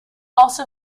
also